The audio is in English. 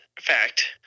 fact